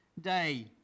day